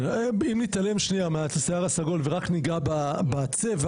אם נתעלם שנייה מהשיער הסגול ורק ניגע בצבע,